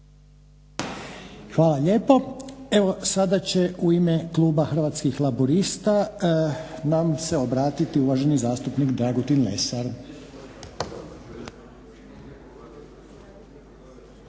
Hvala lijepa. Evo sada će u ime kluba Hrvatskih laburista nam se obratiti uvaženi zastupnik Dragutin Lesar.